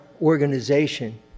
organization